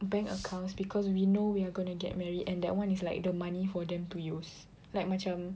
bank accounts cause we know we're gonna get married and that one is like the money for them to use like macam